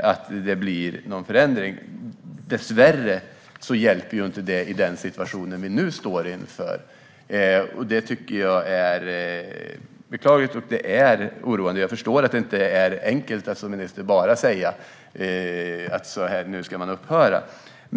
att det blir någon förändring. Dessvärre hjälper inte det i den situation vi nu står inför. Det är beklagligt och oroande. Jag förstår att det inte är enkelt att som minister bara säga att man nu ska upphöra.